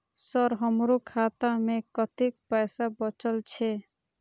Sir हमरो खाता में कतेक पैसा बचल छे?